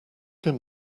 him